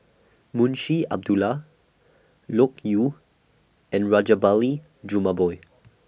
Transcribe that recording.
Munshi Abdullah Loke Yew and Rajabali Jumabhoy